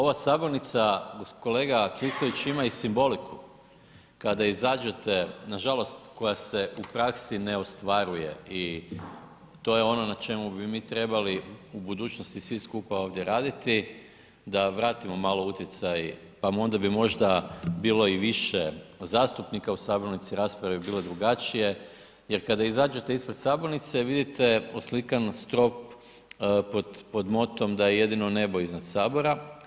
Ova sabornica kolega Klisović ima i simboliku, kada izađete, nažalost koja se u praksi ne ostvaruje i to je ono na čemu bi mi trebali u budućnosti svi skupa ovdje raditi da vratimo malo utjecaj, pa onda bi možda bilo i više zastupnika u sabornici, rasprave bi bile drugačije jer kada izađete ispred sabornice vidite oslikan strop pod, pod motom da je jedino nebo iznad HS.